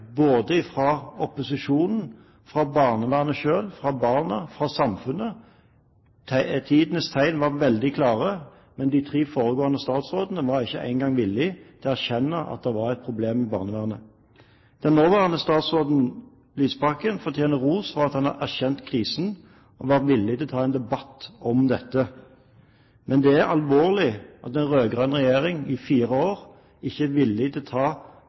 både fra opposisjonen, fra barnevernet selv, fra barna og fra samfunnet. Tegnene i tiden var veldig klare, men de tre foregående statsrådene var ikke engang villige til å erkjenne at det var et problem i barnevernet. Den nåværende statsråden, Lysbakken, fortjener ros for at han har erkjent krisen og har vært villig til å ta en debatt om dette. Men det er alvorlig at den rød-grønne regjering i fire år ikke har vært villig til å ta